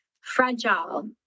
Fragile